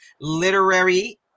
literary